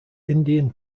indian